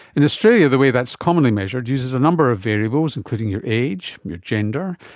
in australia the way that is commonly measured uses a number of variables, including your age, your gender,